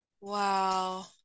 Wow